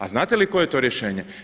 A znate li koje je to rješenje?